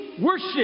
worship